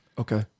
okay